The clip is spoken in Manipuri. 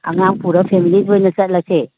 ꯑꯉꯥꯡ ꯄꯨꯔ ꯐꯦꯃꯤꯂꯤ ꯑꯣꯏꯅ ꯆꯠꯂꯁꯦ